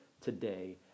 today